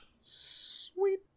Sweet